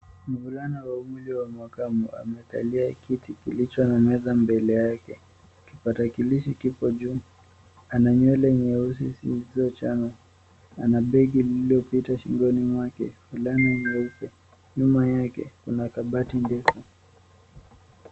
Mvulana wa umri wa makamu amekalia kiti kilicho na meza mbele yake. kipatakilishi kipo juu. Ana nywele nyeusi zilizo chanwa. Ana begi lililo pita shingoni mwake, fulana nyeupe. Nyuma yake kuna kabati ndefu.